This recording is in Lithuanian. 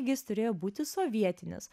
jis turėjo būti sovietinis